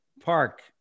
park